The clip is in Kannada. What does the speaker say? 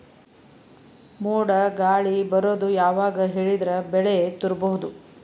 ಮೋಡ ಗಾಳಿ ಬರೋದು ಯಾವಾಗ ಹೇಳಿದರ ಬೆಳೆ ತುರಬಹುದು?